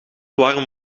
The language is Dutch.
warm